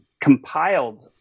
compiled